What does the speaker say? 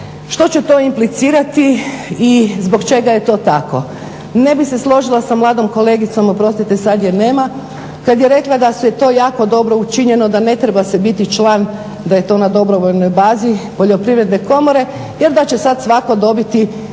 što će to implicirati i zbog čega je to tako? Ne bih se složila sa mladom kolegicom, oprostite sad je nema, kad je rekla da je to jako dobro učinjeno da ne treba se biti član, da je to na dobrovoljnoj bazi Poljoprivredne komore jer da će sad svatko dobiti